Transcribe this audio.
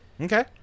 Okay